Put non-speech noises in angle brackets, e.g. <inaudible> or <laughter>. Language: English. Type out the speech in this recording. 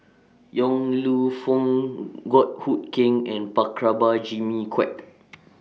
Yong Lew Foong Goh Hood Keng and <unintelligible> Jimmy Quek